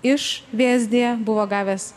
iš vsd buvo gavęs